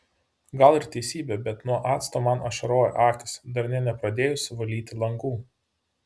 gal ir teisybė bet nuo acto man ašaroja akys dar nė nepradėjus valyti langų